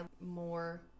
more